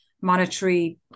monetary